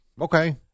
Okay